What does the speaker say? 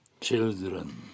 Children